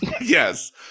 Yes